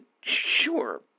sure